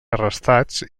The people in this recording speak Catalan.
arrestats